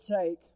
take